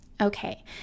Okay